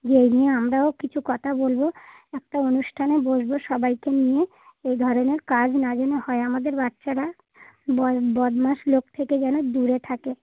যে এই নিয়ে আমরাও কিছু কথা বলবো একটা অনুষ্ঠানে বসবো সবাইকে নিয়ে এই ধরনের কাজ না যেন হয় আমাদের বাচ্চারা বল বদমাশ লোক থেকে যেন দূরে থাকে